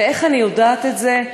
ואיך אני יודעת את זה?